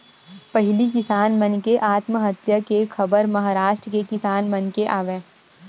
पहिली किसान मन के आत्महत्या के खबर महारास्ट के किसान मन के आवय